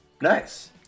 Nice